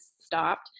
stopped